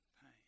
pain